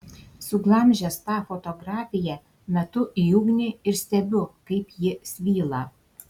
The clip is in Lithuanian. suglamžęs tą fotografiją metu į ugnį ir stebiu kaip ji svyla